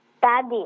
Daddy